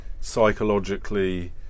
psychologically